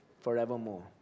forevermore